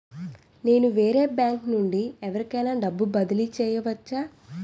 నేను వేరే బ్యాంకు నుండి ఎవరికైనా డబ్బు బదిలీ చేయవచ్చా?